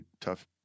tough